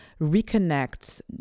reconnect